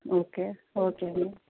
okay okay అండి